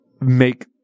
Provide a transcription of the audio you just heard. make